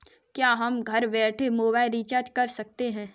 क्या हम घर बैठे मोबाइल रिचार्ज कर सकते हैं?